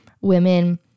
women